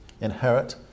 inherit